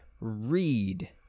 read